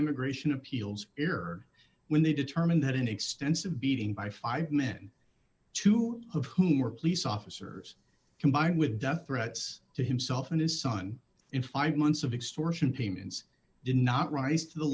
immigration appeals here when they determine that an extensive beating by five men two of whom were police officers combined with death threats to himself and his son in five months of extortion payments did not rise to the